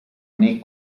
nei